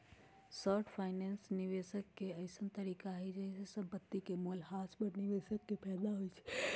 short finance निवेश के अइसँन तरीका हइ जाहिमे संपत्ति के मोल ह्रास पर निवेशक के फयदा होइ छइ